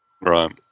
Right